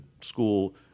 school